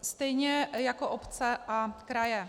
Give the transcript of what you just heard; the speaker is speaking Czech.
Stejně jako obce a kraje.